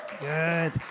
Good